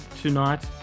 tonight